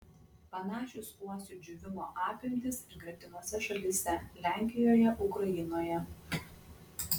panašios uosių džiūvimo apimtys ir gretimose šalyse lenkijoje ukrainoje